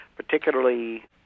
particularly